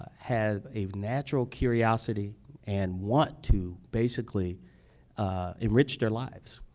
have a natural curiosity and want to basically enrich their lives.